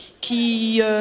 qui